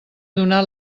donat